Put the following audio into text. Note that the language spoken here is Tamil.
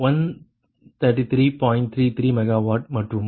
33 MW மற்றும் Pg2133